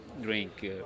Drink